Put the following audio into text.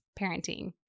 parenting